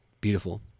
beautiful